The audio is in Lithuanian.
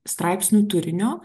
straipsnių turinio